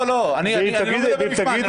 אני לא מדבר בשמה.